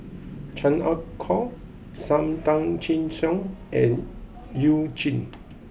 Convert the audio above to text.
Chan Ah Kow Sam Tan Chin Siong and you Jin